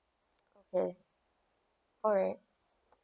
okay alright